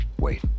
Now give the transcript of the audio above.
Wait